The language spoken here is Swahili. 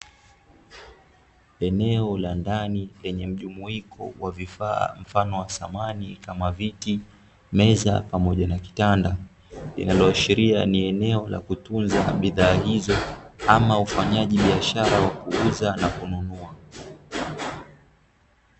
Eneo la ndani lenye mjumuiko wa vifaa mfano wa samani kama viti, meza, pamoja na kitanda inayoashiria ni eneo la kutunza bidhaa hizo, ama ufanyaji biashara wa kuuza na kununua.